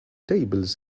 tables